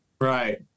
Right